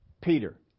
Peter